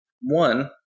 one